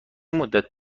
مدّت